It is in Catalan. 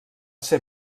ser